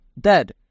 dead